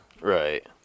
Right